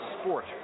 sport